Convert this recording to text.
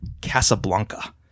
Casablanca